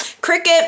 Cricket